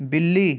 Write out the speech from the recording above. بِلّی